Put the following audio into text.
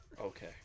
Okay